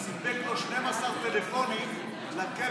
סיפק לו 12 טלפונים לכלא,